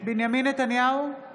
בנימין נתניהו,